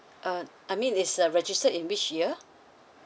uh I mean is uh registered in which year